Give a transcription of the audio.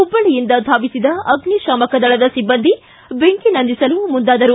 ಹುಬ್ಬಳ್ಳಯಿಂದ ಧಾವಿಸಿದ ಅಗ್ನಿಶಾಮಕ ದಳದ ಸಿಬ್ಬಂದಿ ಬೆಂಕಿ ನಂದಿಸಲು ಮುಂದಾದರು